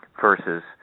Versus